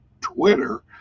Twitter